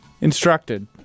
Instructed